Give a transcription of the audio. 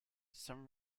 some